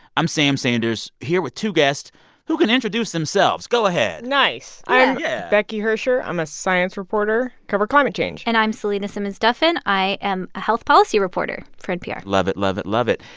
i'm sam sanders here with two guests who can introduce themselves. go ahead nice. i'm yeah becky hersher. i'm a science reporter cover climate change and i'm selena simmons-duffin. i am a health policy reporter for npr love it, love it, love it.